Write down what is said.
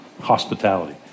hospitality